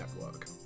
network